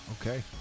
Okay